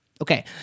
Okay